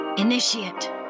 Initiate